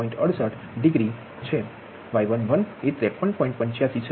68 degree Y11 એ 53